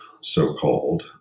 so-called